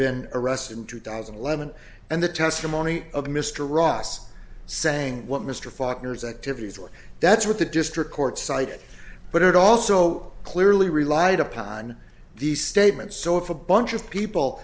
been arrested in two thousand and eleven and the testimony of mr ross saying what mr fockers activities are that's what the district court cited but it also clearly relied upon these statements so if a bunch of people